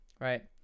right